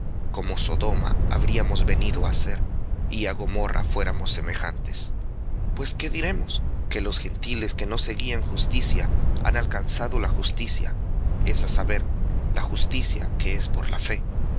como sodoma habríamos venido á ser y á gomorra fuéramos semejantes pues qué diremos que los gentiles que no seguían justicia han alcanzado la justicia es á saber la justicia que es por la fe